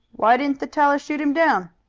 why didn't the teller shoot him down?